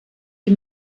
die